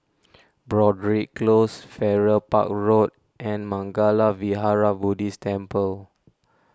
Broadrick Close Farrer Park Road and Mangala Vihara Buddhist Temple